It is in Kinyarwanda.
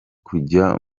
kujya